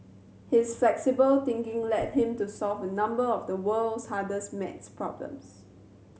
his flexible thinking led him to solve a number of the world's hardest maths problems